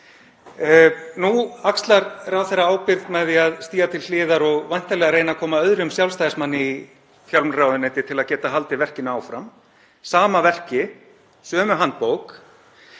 Nú axlar ráðherra ábyrgð með því að stíga til hliðar og væntanlega reyna að koma öðrum Sjálfstæðismanni í fjármálaráðuneytið til að geta haldið verkinu áfram; sama verki, sömu handbók.